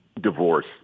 divorce